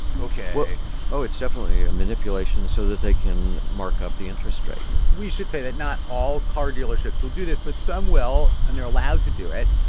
ok oh, it's definitely a manipulation so that they can mark up the interest rate we should say that not all car dealerships will do this, but some will, and they're allowed to do it.